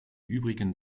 übrigen